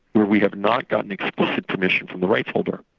where we have not gotten explicit commission from the rights holder,